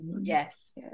Yes